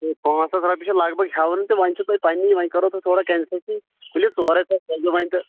سُے پانٛژھ ساس رۄپیہِ چھِ لگ بھگ ہیٚوان تہٕ وۄنۍ چھِو تُہۍ پنٕنی وۄنۍ کرو تۄہہِ تھوڑا کنسیشن ؤلِو ژورے ساس کٔرۍزیٚو وۄنۍ تہٕ